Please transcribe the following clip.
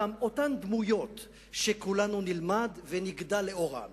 אותן דמויות שכולנו נלמד ונגדל לאורן.